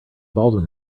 baldwin